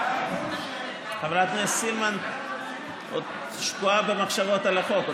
חברת הכנסת סילמן עוד שקועה במחשבות על החוק,